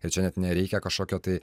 ir čia net nereikia kažkokio tai